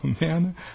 Man